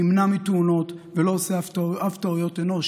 נמנע מתאונות ולא עושה אף טעות אנוש,